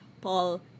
Paul